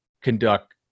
conduct